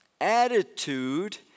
attitude